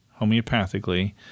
homeopathically